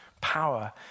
power